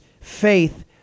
faith